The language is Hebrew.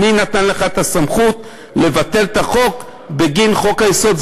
מי נתן לך את הסמכות לבטל את החוק בגין חוק-היסוד?